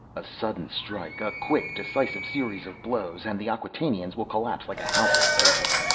a sudden strike, a quick, decisive series of blows, and the acquatainians will collapse like a house of paper.